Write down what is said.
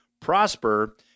Prosper